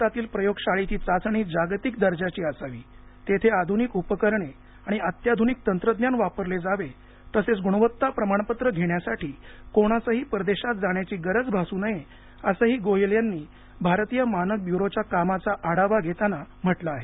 भारतातील प्रयोगशाळेची चाचणी जागतिक दर्जाची असावी तेथे आधुनिक उपकरणे आणि अत्याधुनिक तंत्रज्ञान वापरले जावे तसेच गुणवत्ता प्रमाणपत्र घेण्यासाठी कोणासही परदेशात जाण्याची गरज भासू नये असंही गोयल यांनी भारतीय मानक ब्युरोच्या कामाचा आढावा घेताना म्हटलं आहे